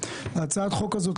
הצעת החוק הזאת,